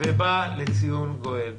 ובא לציון גואל.